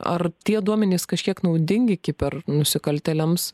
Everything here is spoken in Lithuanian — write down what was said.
ar tie duomenys kažkiek naudingi kiper nusikaltėliams